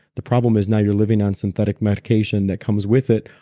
the problem is now you're living on synthetic medication that comes with it,